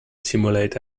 simulate